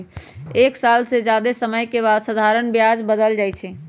एक साल से जादे समय के बाद साधारण ब्याज बदल जाई छई